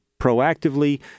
proactively